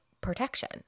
protection